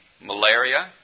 malaria